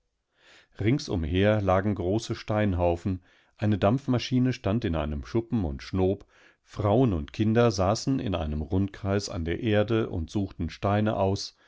ringsumher lagen große steinhaufen eine dampfmaschine stand in einem schuppen und schnob frauen und kinder saßen in einem rundkreis an der erde und suchten steine aus